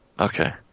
Okay